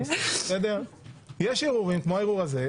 אבל יש ערעורים כמו זה,